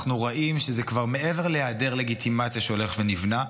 אנחנו רואים שזה כבר מעבר להיעדר לגיטימציה שהולך ונבנה,